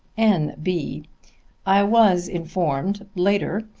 n b i was informed, later,